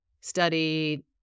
study